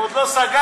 הם עוד לא סג"מ.